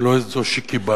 ולא את זו שקיבלנו.